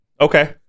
Okay